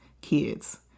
kids